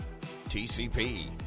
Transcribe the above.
TCP